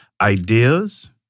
ideas